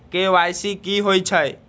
KYC कि होई छई?